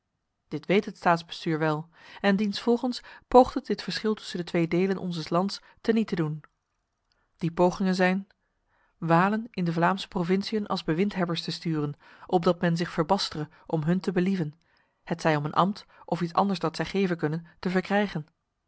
dit weet het staatsbestuur wel en diensvolgens poogt het dit verschil tussen de twee delen onzes lands teniet te doen die pogingen zijn walen in de vlaamse provinciën als bewindhebbers te sturen opdat men zich verbastere om hun te believen hetzij om een ambt of iets anders dat zij geven kunnen te verkrijgen